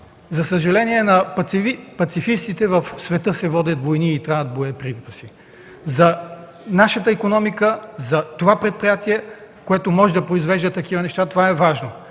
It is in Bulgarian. За съжаление на пацифистите, в света се водят войни и трябват боеприпаси. За нашата икономика, за нашето предприятие, което произвежда такива неща, това е важно,